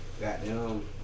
Goddamn